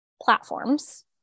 platforms